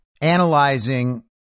Analyzing